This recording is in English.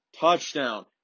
touchdown